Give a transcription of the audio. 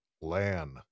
Lan